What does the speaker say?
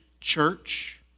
church